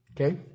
Okay